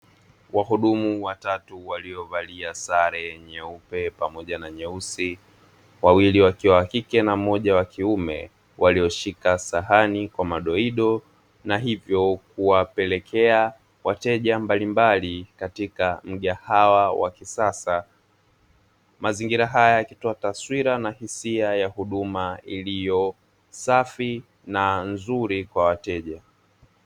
Wahudumu watatu waliovalia sare nyeupe pamoja na nyeusi, wawili wakiwa wa kike na mmoja wa kiume; walioshika sahani kwa madoido na hivyo kuwapelekea wateja mbalimbali katika mgahawa wa kisasa. Mazingira haya yakitoa taswira na hisia ya huduma iliyo safi na nzuri kwa wateja.